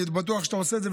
אני בטוח שאתה עושה את זה,